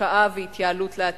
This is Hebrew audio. השקעה והתייעלות לעתיד.